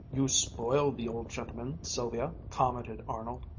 you spoil the old gentlemen, sylvia, commented arnold,